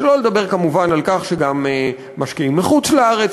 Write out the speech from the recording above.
שלא לדבר כמובן על כך שגם משקיעים מחוץ-לארץ